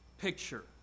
picture